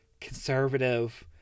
conservative